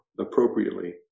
appropriately